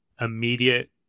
immediate